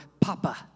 papa